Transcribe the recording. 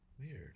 Weird